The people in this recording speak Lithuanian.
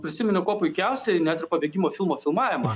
prisiminiau kuo puikiausiai net ir pabėgimo filmo filmavimą